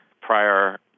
prior